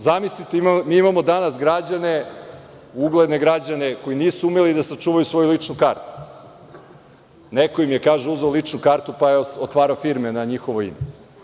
Zamislite, mi imamo danas ugledne građane, koji nisu umeli da sačuvaju svoju ličnu kartu, neko im je kažu uzeo lični kartu, pa otvarao firme na njihovo ime.